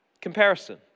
Comparison